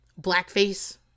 blackface